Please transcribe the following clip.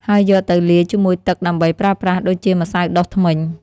ហើយយកទៅលាយជាមួយទឹកដើម្បីប្រើប្រាស់ដូចជាម្សៅដុសធ្មេញ។